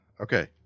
okay